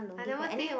I never think